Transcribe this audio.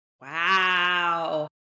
wow